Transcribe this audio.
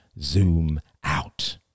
zoom-out